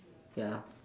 ya